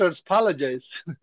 apologize